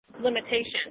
limitation